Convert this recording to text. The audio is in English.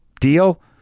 deal